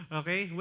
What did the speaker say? okay